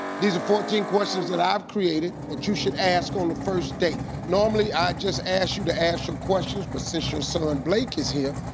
these are fourteen questions that i've created that you should ask on a first date. normally i'd just ask you to ask some questions, but since your son blake is here,